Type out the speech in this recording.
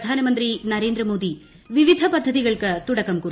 പ്രധാനമന്ത്രി നരേന്ദ്രമോദി വിവിധ പദ്ധതികൾക്ക് തുടക്കം കുറിച്ചു